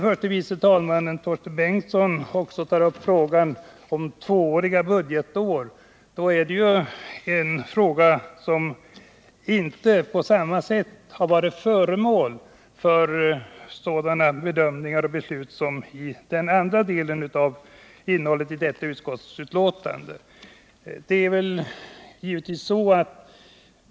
Förste vice talmannen Torsten Bengtson tar upp frågan om tvååriga budgetår. Denna fråga har inte på samma sätt varit föremål för sådana bedömningar och beslut som den andra delen i detta utskottsbetänkande.